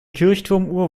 kirchturmuhr